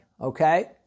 Okay